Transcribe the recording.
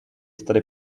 study